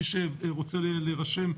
מי שרוצה להירשם,